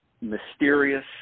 mysterious